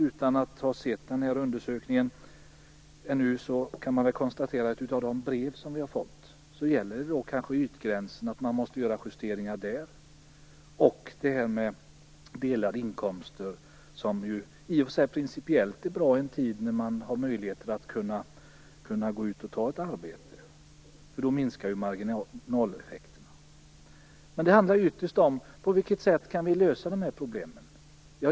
Utan att ha sett undersökningen ännu kan man av de brev vi har fått konstatera att det kanske gäller att göra justeringar av ytgränsen. Detta med delade inkomster är i och för sig bra i en tid när man har möjligheter att kunna ta ett arbete. Då minskar ju marginaleffekterna. Men ytterst handlar det om på vilket sätt vi kan lösa dessa problem.